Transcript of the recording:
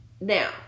Now